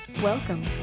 Welcome